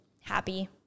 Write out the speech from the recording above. happy